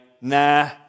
nah